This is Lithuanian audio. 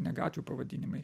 ne gatvių pavadinimai